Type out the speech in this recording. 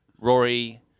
Rory